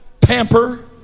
pamper